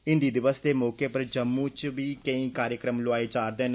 हिन्दी दिवस दे मौके पर जम्मू च बी केंई कार्यक्रम लोआए जा करदे न